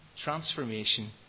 transformation